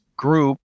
group